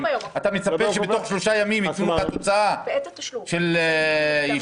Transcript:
אתה מצפה שבתוך שלושה ימים ייתנו לך תוצאה של ישיבות?